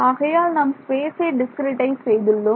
ஆகையால் நாம் ஸ்பேஸை டிஸ்கிரிட்டைஸ் செய்துள்ளோம்